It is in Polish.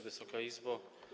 Wysoka Izbo!